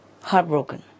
Heartbroken